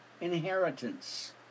inheritance